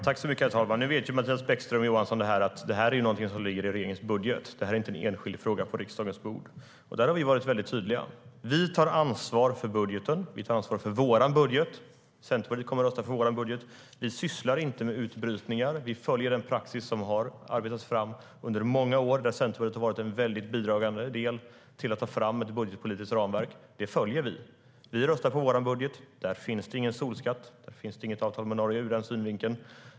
Herr talman! Mattias Bäckström Johansson vet att det här ligger i regeringens budget. Det är inte någon enskild fråga på riksdagens bord. Vi har varit tydliga med att vi tar ansvar för vår budget. Vi i Centerpartiet kommer att rösta på vår budget. Vi sysslar inte med utbrytningar. Vi följer den praxis som har arbetats fram under många år och där Centerpartiet har varit bidragande i fråga om att ta fram ett budgetpolitiskt ramverk. Det följer vi. Vi röstar på vår budget. Där finns det ingen solskatt. Där finns det inget avtal med Norge, ur den synvinkeln.